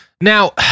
Now